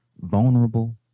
vulnerable